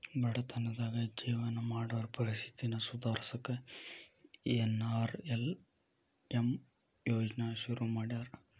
ಬಡತನದಾಗ ಜೇವನ ಮಾಡೋರ್ ಪರಿಸ್ಥಿತಿನ ಸುಧಾರ್ಸಕ ಎನ್.ಆರ್.ಎಲ್.ಎಂ ಯೋಜ್ನಾ ಶುರು ಮಾಡ್ಯಾರ